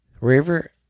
River